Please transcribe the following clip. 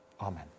Amen